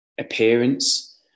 appearance